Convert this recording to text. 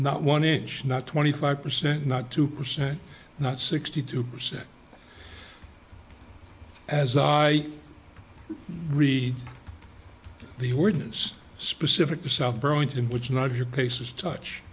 not one inch not twenty five percent not two percent not sixty two percent as i read the ordinance specific to south burlington which not your cases touch